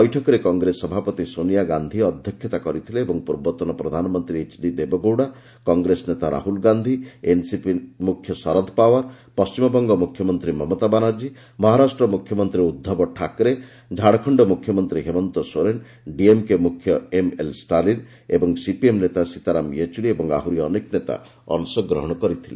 ବୈଠକରେ କଂଗ୍ରେସ ସଭାପତି ସୋନିଆ ଗାନ୍ଧି ଅଧ୍ୟକ୍ଷତା କରିଥିଲେ ଓ ପୂର୍ବତନ ପ୍ରଧାନମନ୍ତ୍ରୀ ଏଚ୍ଡି ଦେବଗୌଡ଼ା କଂଗ୍ରେସ ନେତା ରାହୁଲ ଗାନ୍ଧି ଏନ୍ସିପି ମୁଖ୍ୟ ଶରଦ ପାୱାର ପଣ୍ଟିମବଙ୍ଗ ମ୍ରଖ୍ୟମନ୍ତ୍ରୀ ମମତା ବାନାର୍ଜୀ ମହାରାଷ୍ଟ୍ର ମ୍ରଖ୍ୟମନ୍ତ୍ରୀ ଉଦ୍ଧବ ଠାକରେ ଝାଡ଼ଖଣ୍ଡ ମ୍ରଖ୍ୟମନ୍ତ୍ରୀ ହେମନ୍ତ ସୋରେନ୍ ଡିଏମ୍କେ ମ୍ରଖ୍ୟ ଏମ୍ଏଲ୍ ଷ୍ଟାଲିନ୍ ଓ ସିପିଏମ୍ ନେତା ସୀତାରାମ ୟେଚ୍ରରୀ ଏବଂ ଆହୁରି ଅନେକ ନେତା ଅଂଶଗ୍ରହଣ କରିଥିଲେ